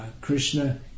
Krishna